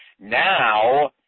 Now